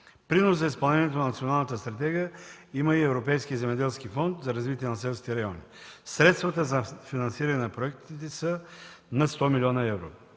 Принос за изпълнението на Националната стратегия има и Европейския земеделски фонд за развитие на селските райони. Средствата за финансиране на проектите са над 100 млн. евро.